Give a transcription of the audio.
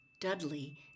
Dudley